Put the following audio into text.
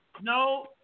No